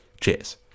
Cheers